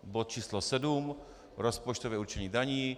Bod číslo 7 rozpočtové určení daní.